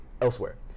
elsewhere